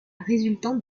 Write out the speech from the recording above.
résultante